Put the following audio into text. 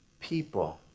people